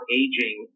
aging